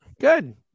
Good